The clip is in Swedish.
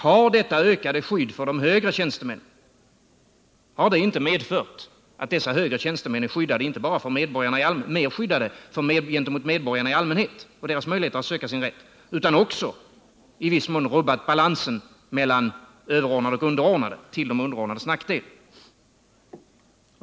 Har inte detta ökade skydd för de högre tjänstemännen medfört inte bara att dessa högre tjänstemän är mer skyddade gentemot medborgarna i allmänhet och deras möjligheter att söka sin rätt utan också i viss mån att balansen mellan överordnade och underordnade har rubbats till de underordnades nackdel?